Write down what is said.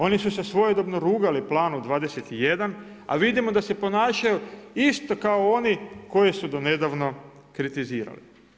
One su se svojedobno rugali „Planu 21“, a vidimo da se ponašaju isto kao oni koje su do nedavno kritizirali.